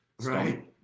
Right